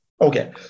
Okay